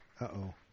Uh-oh